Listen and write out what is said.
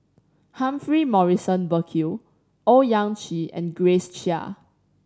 Humphrey Morrison Burkill Owyang Chi and Grace Chia